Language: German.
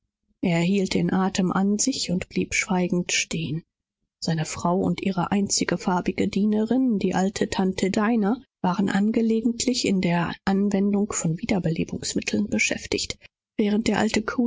hielt den athem an und stand schweigend da seine frau und deren einzige farbige dienerin die alte tante dinah waren eifrigst bemüht wiederbelebende mittel zur anwendung zu bringen während der alte